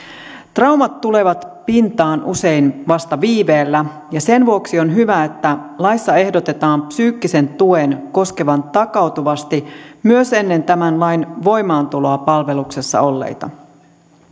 traumat tulevat pintaan usein vasta viiveellä ja sen vuoksi on hyvä että laissa ehdotetaan psyykkisen tuen koskevan takautuvasti myös ennen tämän lain voimaantuloa palveluksessa olleita